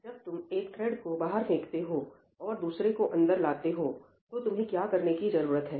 जब तुम एक थ्रेड को बाहर फेंकते हो और दूसरे को अंदर लाते हो तो तुम्हें क्या करने की जरूरत है